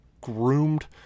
groomed